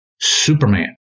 Superman